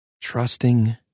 trusting